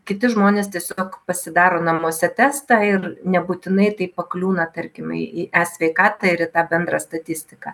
kiti žmonės tiesiog pasidaro namuose testą ir nebūtinai tai pakliūna tarkime į e sveikatą ir į tą bendrą statistiką